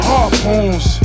Harpoons